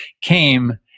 came